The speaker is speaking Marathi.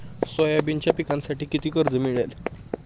सोयाबीनच्या पिकांसाठी किती कर्ज मिळेल?